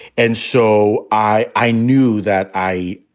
and so i. i knew that i.